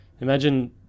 Imagine